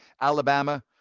Alabama